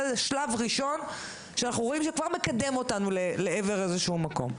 זה שלב ראשון שאנחנו רואים שהוא כבר מקדם אותנו לעבר איזשהו מקום.